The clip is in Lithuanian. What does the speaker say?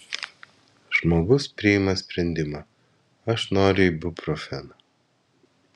žmogus priima sprendimą aš noriu ibuprofeno